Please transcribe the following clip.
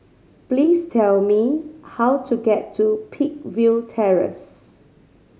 please tell me how to get to Peakville Terrace